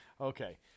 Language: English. Okay